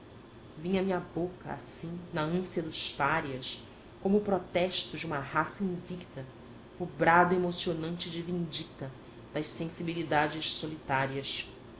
grandes vinha me à boca assim na ânsia dos párias como o protesto de uma raça invicta o brado emocionante da vindicta das sensibilidades solitárias